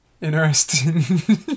interesting